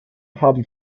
haben